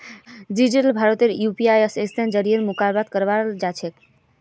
digital भारतत QR स्कैनेर जरीए भुकतान कराल जाछेक